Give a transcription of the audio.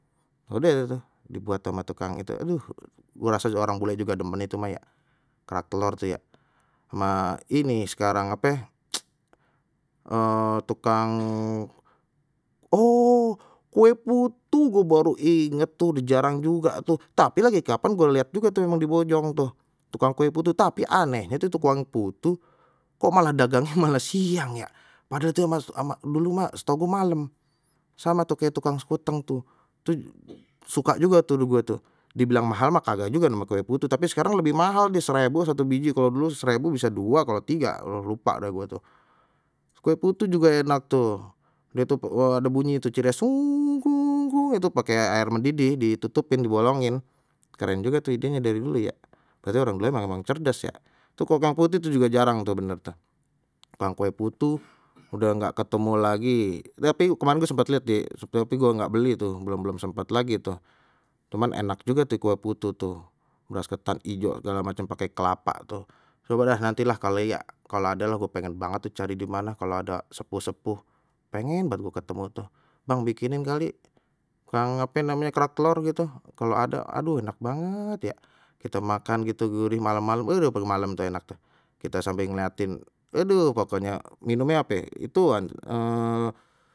Udeh deh tu dibuat ama tukang itu aduh, gua rasa juga orang bule juga demen itu mah ya kerak telor tu ya ama ini sekarang ape tukang oh kue putu gue baru ingat tuh dah jarang juga tuh tapi lagi kapan gue lihat juga tuh emang di bojong tuh, tukang kue putu. Tapi anehnya tuh tuh tukang putu kok malah dagangnya malah siang ya padahal itu ama ama setahu gue malam, sama tuh kayak tukang skuteng tuh suka juga tuh gua tuh dibilang mahal mah kagak juga nama kayak kutu tapi sekarang lebih mahal deh seribu satu biji kalau dulu serebu bisa dua kalau tiga kalau lupa dah gua tuh, kue putu juga enak tuh dia tuh ada bunyi itu ciri khas pakai air mendidih ditutupin dibolongin keren juga sih idenya dari dulu ya, tapi orang dulu emang emang cerdas ya itu itu juga jarang tu bener tu tukang kue putu udah enggak ketemu lagi, tapi kemarin tuh sempat lihat di tapi gua enggak beli tu belum belum sempat lagi tuh, cuman enak juga tuh kue putu tuh beras ketan ijo segala macem pakai kelapa tuh cobalah nantilah kali ya kalau ada lah gua pengen banget tuh cari di mana, kalau ada sepuh-sepuh pengen banget gua ketemu tuh, bang bikinin kali kang ape namanye kerak telor gitu kalau ada, aduh enak banget ya kita makan gitu ini gurih malam-malam aduh malam-malam tuh enak tuh kita sambil ngeliatin aduh pokoknya minumnye ape ituan.